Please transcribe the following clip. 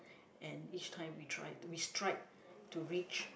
and each time we try we try to reach